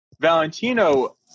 Valentino